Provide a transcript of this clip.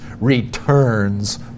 returns